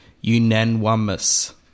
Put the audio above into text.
unanimous